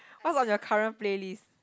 what's on your current playlist